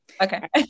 Okay